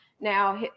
Now